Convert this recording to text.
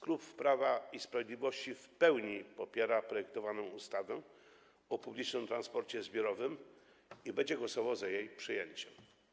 Klub Prawa i Sprawiedliwości w pełni popiera projektowaną ustawę o publicznym transporcie zbiorowym i będzie głosował za jej przyjęciem.